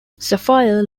sapphire